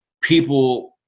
people –